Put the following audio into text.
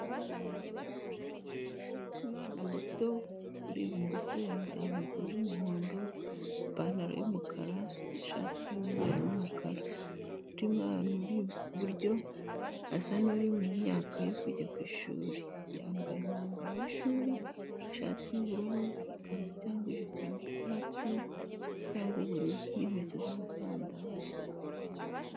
Umwana muto uri ibumoso yambaye inkweto z’umuhondo, ipantalo y’umukara n’ishati y’umweru n’umukara. Undi mwana uri iburyo asa n’uri mu myaka yo kujya ku ishuri, yambaye umwambaro w’ishuri ishati y’ubururu, ikanzu cyangwa ijipo y’icyatsi cyangwa ubururu n’inkweto z’amasandari.